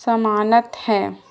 سمانت ہے